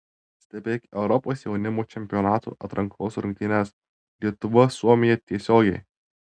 stebėk europos jaunimo čempionato atrankos rungtynes lietuva suomija tiesiogiai